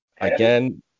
Again